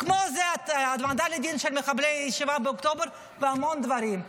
כמו זה ההעמדה לדין של מחבלי 7 באוקטובר ועוד המון דברים.